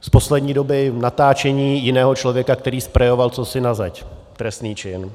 Z poslední doby, natáčení jiného člověka, který sprejoval cosi na zeď trestný čin.